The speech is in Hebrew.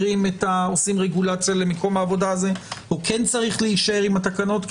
שעושים רגולציה למקום העבודה הזה או כן צריך להישאר עם התקנות.